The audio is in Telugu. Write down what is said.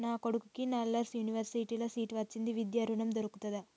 నా కొడుకుకి నల్సార్ యూనివర్సిటీ ల సీట్ వచ్చింది విద్య ఋణం దొర్కుతదా?